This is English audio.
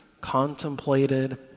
contemplated